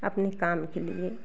अपने काम के लिए